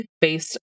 based